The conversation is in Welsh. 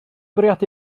bwriadu